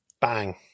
Bang